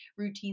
routinely